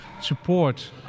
support